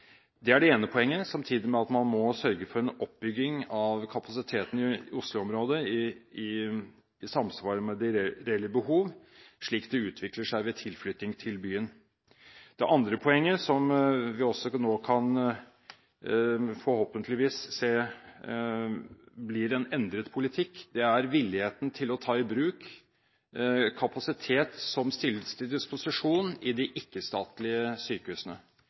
Det er det ene poenget, samtidig med at man må sørge for en oppbygging av kapasiteten i Oslo-området i samsvar med de reelle behov, slik det utvikler seg ved tilflytting til byen. Det andre poenget, som vi også nå forhåpentligvis kan se blir en endret politikk, er villigheten til å ta i bruk kapasitet som stilles til disposisjon i de ikke-statlige sykehusene.